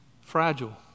fragile